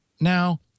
Now